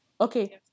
Okay